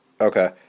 Okay